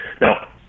Now